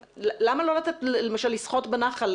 למה לא לתת למשל לכולם לשחות בנחל?